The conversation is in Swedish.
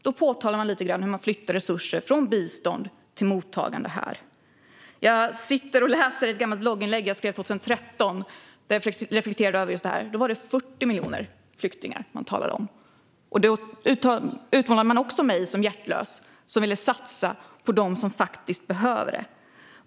Då nämndes hur man flyttar resurser från bistånd till mottagande. Jag läste ett gammalt blogginlägg från 2013 där jag reflekterade över detta. Då talades det om 40 miljoner flyktingar. Jag utmålades som hjärtlös eftersom jag ville satsa på dem som faktiskt behövde det.